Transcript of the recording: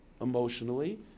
emotionally